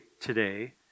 today